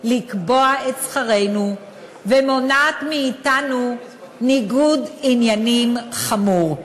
לקבוע את שכרנו ומונעת מאתנו ניגוד עניינים חמור.